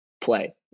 play